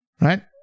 right